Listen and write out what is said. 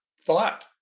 thought